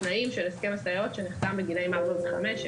התנאים של הסכם הסייעות, שנחתם לגילאי ארבע וחמש.